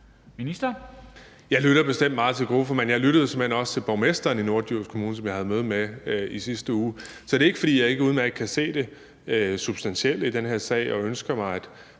Jeg lytter bestemt meget til gruppeformanden, og jeg lyttede såmænd også til borgmesteren i Norddjurs Kommune, som jeg havde møde med i sidste uge. Så det er ikke, fordi jeg ikke udmærket kan se det substantielle i den her sag og ønsker mig,